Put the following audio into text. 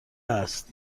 است